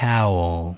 Towel